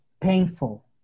painful